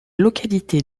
localité